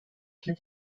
kim